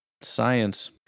Science